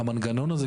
המנגנון הזה,